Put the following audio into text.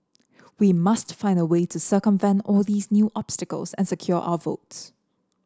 we must find a way to circumvent all these new obstacles and secure our votes